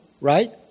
right